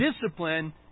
discipline